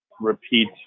repeat